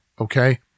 Okay